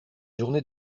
journée